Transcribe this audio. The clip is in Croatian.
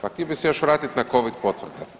Pa htio bih se još vratiti na covid potvrde.